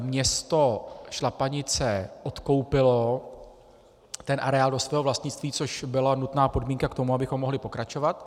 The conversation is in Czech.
Město Šlapanice odkoupilo ten areál do svého vlastnictví, což byla nutná podmínka k tomu, abychom mohli pokračovat.